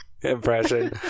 impression